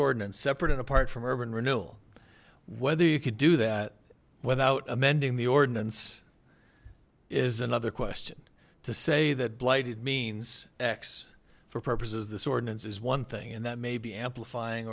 ordinance separate and apart from urban renewal whether you could do that without amending the ordinance is another question to say that blighted means x for purposes of this ordinance is one thing and that may be amplifying